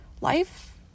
life